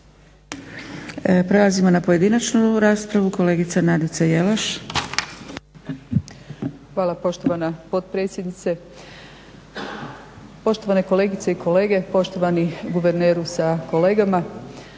Hvala poštovana potpredsjednice. Poštovane kolegice i kolege, poštovani guverneru sa kolegama